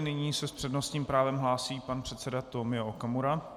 Nyní se s přednostním právem hlásí pan předseda Tomio Okamura.